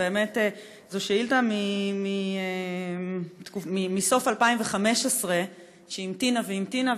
שבאמת זו שאילתה מסוף 2015 שהמתינה והמתינה,